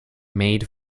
made